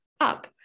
up